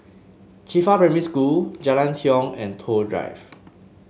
Qifa Primary School Jalan Tiong and Toh Drive